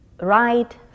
right